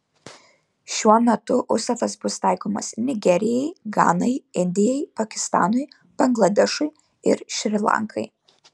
šiuo metu užstatas bus taikomas nigerijai ganai indijai pakistanui bangladešui ir šri lankai